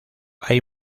hay